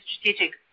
strategic